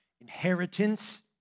inheritance